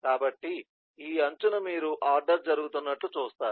కాబట్టి ఈ అంచున మీరు ఆర్డర్ జరుగుతున్నట్లు చూస్తారు